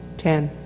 ten